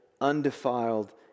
undefiled